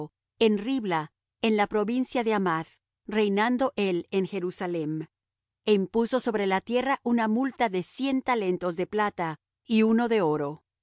en ribla en la provincia de hamath reinando él en jerusalem é impuso sobre la tierra una multa de cien talentos de plata y uno de oro